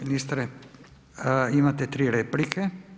Imate tri replike.